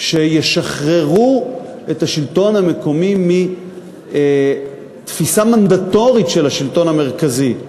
שישחררו את השלטון המקומי מתפיסה מנדטורית של השלטון המרכזי.